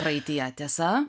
praeityje tiesa